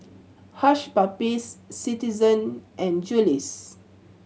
Hush Puppies Citizen and Julie's